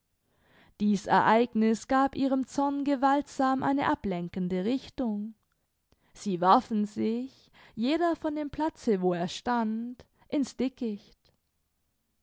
dieß ereigniß gab ihrem zorn gewaltsam eine ablenkende richtung sie warfen sich jeder von dem platze wo er stand in's dickicht